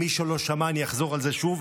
אם מישהו לא שמע, אחזור על זה שוב: